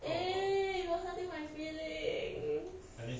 eh you're hurting my feelings